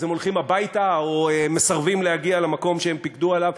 אז הם הולכים הביתה או מסרבים להגיע למקום שהם פיקדו עליו.